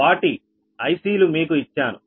వాటి IC లు మీకు ఇచ్చాను